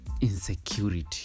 Insecurity